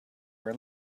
were